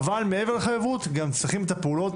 אבל מעבר למחויבות גם צריכים את הפעולות